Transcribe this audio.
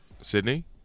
Sydney